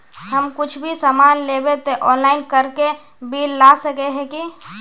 हम कुछ भी सामान लेबे ते ऑनलाइन करके बिल ला सके है की?